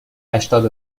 هشتاد